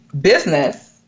business